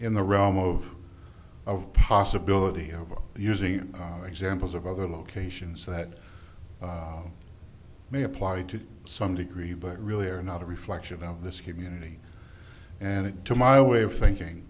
in the realm of of possibility of using examples of other locations that may apply to some degree but really are not a reflection of this community and it to my way of thinking